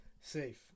Safe